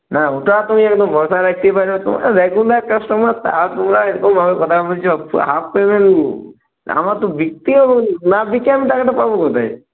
না ওটা তুমি একদম ভরসা রাখতে পারো তোমরা রেগুলার কাস্টমার তা তোমরা এরকমভাবে কথা বলছ হাফ পেমেন্ট আমার তো বিচতে হবে না বেচে আমি টাকাটা পাব কোথায়